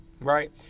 right